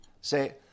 say